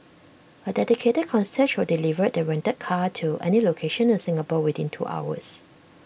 A dedicated concierge will deliver the rented car to any location in Singapore within two hours